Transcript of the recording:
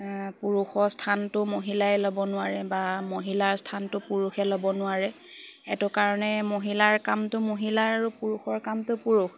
পুৰুষৰ স্থানটো মহিলাই ল'ব নোৱাৰে বা মহিলাৰ স্থানটো পুৰুষে ল'ব নোৱাৰে সটো কাৰণে মহিলাৰ কামটো মহিলা আৰু পুৰুষৰ কামটো পুৰুষ